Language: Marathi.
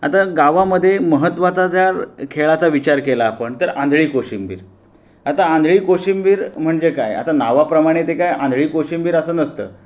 आता गावामध्ये महत्वाचा ज्या खेळाचा विचार केला आपण तर आंधळी कोशिंबीर आता आंधळी कोशिंबीर म्हणजे काय आता नावाप्रमाणे ते काय आंधळी कोशिंबीर असं नसतं